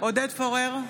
עודד פורר,